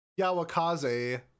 Yawakaze